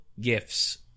gifts